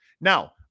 Now